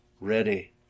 ready